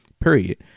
period